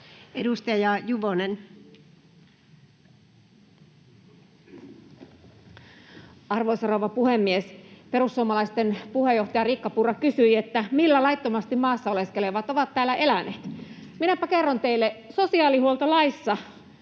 16:10 Content: Arvoisa rouva puhemies! Perussuomalaisten puheenjohtaja Riikka Purra kysyi, millä laittomasti maassa oleskelevat ovat täällä eläneet. Minäpä kerron teille. Sosiaalihuoltolaissa